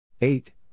eight